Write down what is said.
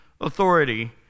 authority